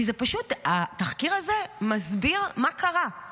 כי התחקיר הזה מסביר מה קרה,